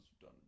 done